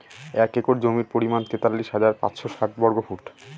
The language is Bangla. এক একর জমির পরিমাণ তেতাল্লিশ হাজার পাঁচশ ষাট বর্গফুট